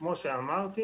ואני ארחיב.